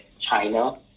China